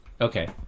Okay